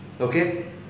Okay